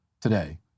today